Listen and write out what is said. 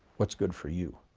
what's good for you?